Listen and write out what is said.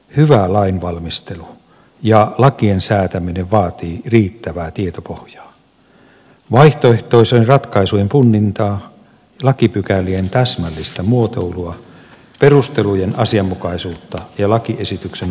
hyvä lainvalmistelu ja lakien säätäminen vaatii riittävää tietopohjaa vaihtoehtoisten ratkaisujen punnintaa lakipykälien täsmällistä muotoilua perustelujen asianmukaisuutta ja lakiesityksen vaikutusten arviointia